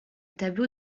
tableau